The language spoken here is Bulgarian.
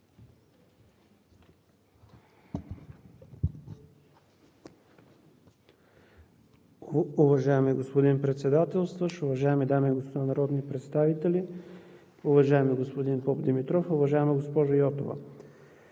Уважаеми господин Председателстващ, уважаеми дами и господа народни представители! Уважаеми господин Попдимитров, уважаема госпожо Йотова,